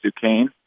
Duquesne